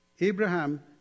Abraham